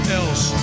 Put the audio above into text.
else